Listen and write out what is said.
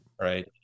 Right